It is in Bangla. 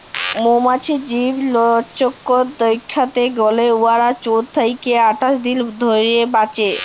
মমাছির জীবলচক্কর দ্যাইখতে গ্যালে উয়ারা চোদ্দ থ্যাইকে আঠাশ দিল ধইরে বাঁচে